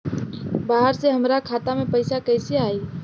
बाहर से हमरा खाता में पैसा कैसे आई?